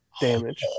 damage